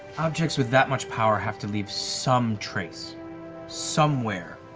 objects with that much power have to leave some trace somewhere.